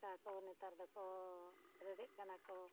ᱱᱮᱛᱟ ᱠᱚ ᱱᱮᱛᱟᱨ ᱫᱚᱠᱚ ᱨᱮᱰᱤᱜ ᱠᱟᱱᱟ ᱠᱚ